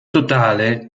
totale